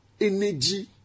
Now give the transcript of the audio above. energy